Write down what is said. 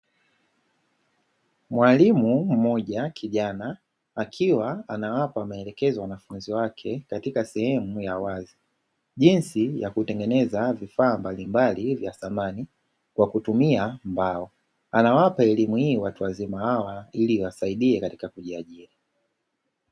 Mwalimu mmoja kijana akiwa anawapa maelekezo wanafunzi wake katika sehemu ya wazi, jinsi ya kutengeneza vifaa mbalimbali vya samani kwa kutumia mbao anawapa elimu hii watu wazima hawa iliiwasaidie katika kujiajiri.